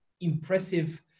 impressive